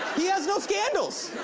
he has no scandals.